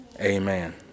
Amen